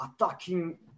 attacking